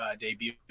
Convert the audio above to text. debut